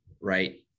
right